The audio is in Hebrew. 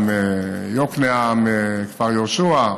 באזור יוקנעם, כפר יהושע,